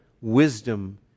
wisdom